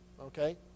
okay